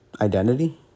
Identity